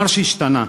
אמר שהשתנה.